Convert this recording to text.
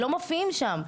הם לא מופיעים שם.